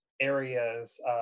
areas